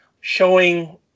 showing